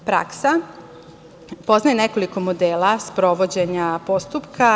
Praksa poznaje nekoliko modela sprovođenja postupka.